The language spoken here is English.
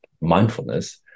mindfulness